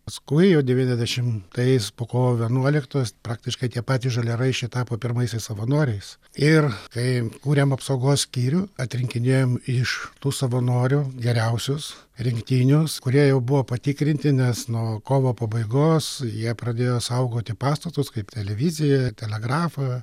paskui jau devyniasdešim tais po kovo vienuoliktos praktiškai tie patys žaliaraiščiai tapo pirmaisiais savanoriais ir kai kūrėm apsaugos skyrių atrinkinėjom iš tų savanorių geriausius rinktinius kurie jau buvo patikrinti nes nuo kovo pabaigos jie pradėjo saugoti pastatus kaip televiziją telegrafą